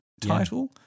title